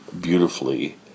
beautifully